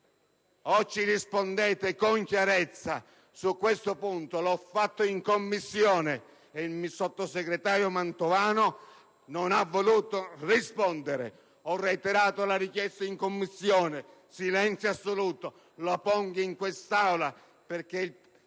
Rispondete allora con chiarezza su questo punto. L'ho sollevato in Commissione, e il sottosegretario Mantovano non ha voluto rispondere. Ho reiterato la richiesta in Commissione: silenzio assoluto. Lo pongo in quest'Aula, perché vi